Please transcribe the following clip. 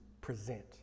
present